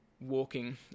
walking